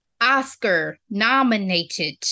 Oscar-nominated